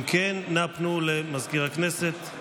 אם כן, אנא פנו למזכיר הכנסת.